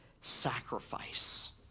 sacrifice